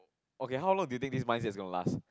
okay how long do you think this mindset is gonna last